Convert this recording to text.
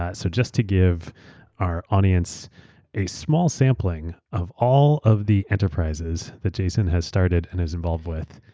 ah so just to give our audience a small sampling of all of the enterprises that jason has started and is involved with.